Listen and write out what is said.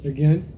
Again